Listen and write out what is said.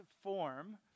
form